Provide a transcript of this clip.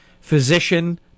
Physician